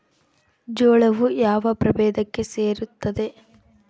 ಜೋಳವು ಯಾವ ಪ್ರಭೇದಕ್ಕೆ ಸೇರುತ್ತದೆ?